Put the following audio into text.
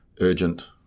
Urgent